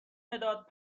مداد